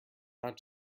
not